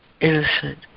innocent